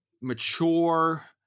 mature